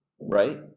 Right